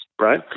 right